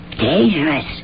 dangerous